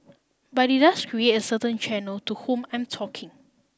but it does create a certain channel to whom I'm talking